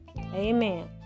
Amen